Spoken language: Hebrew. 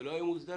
שלא היו מוסדרים.